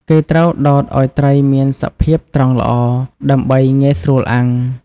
គេត្រូវដោតឲ្យត្រីមានសភាពត្រង់ល្អ ដើម្បីងាយស្រួលអាំង។